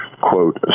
quote